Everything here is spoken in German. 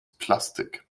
plastik